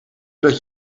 dat